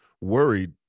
worried